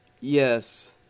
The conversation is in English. Yes